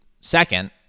second